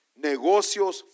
negocios